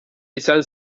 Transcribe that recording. izan